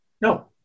no